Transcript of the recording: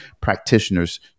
practitioners